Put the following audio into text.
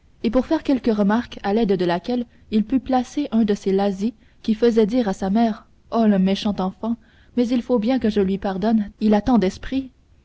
et pour faire quelque remarque à l'aide de laquelle il pût placer un de ces lazzis qui faisaient dire à sa mère ô le méchant enfant mais il faut bien que je lui pardonne il a tant d'esprit